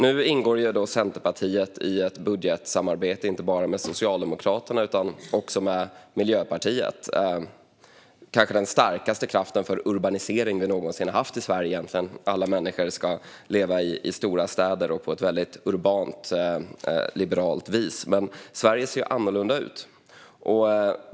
Nu ingår Centerpartiet i ett budgetsamarbete inte bara med Socialdemokraterna utan också med Miljöpartiet. Det är kanske den starkaste kraften vi någonsin haft för urbanisering i Sverige. Alla människor ska leva i stora städer och på ett väldigt urbant och liberalt vis. Sverige ser annorlunda ut.